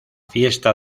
fiesta